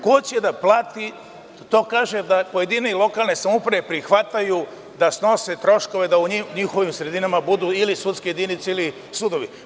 Kažu da pojedine lokalne samouprave prihvataju da snose troškove da u njihovim sredinama budu ili sudske jedinice ili sudovi.